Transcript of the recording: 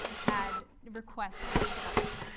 had requests of each other.